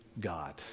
God